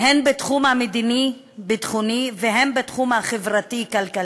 הן בתחום המדיני-ביטחוני והן בתחום החברתי-כלכלי.